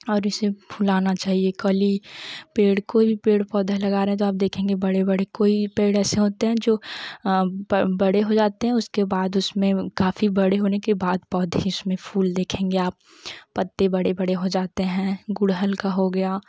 और इसे फुलाना चाहिए कलि कोई भी पेड़ पौधा लगा रहा आप देखेंगे बड़े बड़े कोई पेड़ ऐसे होते हैं जो बड़े हो जाते हैं उसके बाद इसमें काफ़ी बड़े होने के बाद पौधे में फूल देखेंगे आप पत्ते बड़े बड़े हो जाते है गुड़हल का हो गया